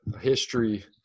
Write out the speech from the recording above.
history